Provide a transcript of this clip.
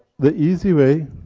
the easy way,